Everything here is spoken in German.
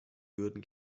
würden